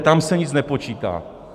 Tam se nic nepočítá.